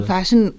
Fashion